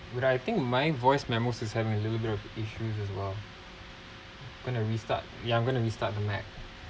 would I think my voice memo is having a little bit of issue here well going to restart ya I'm going to restart the mac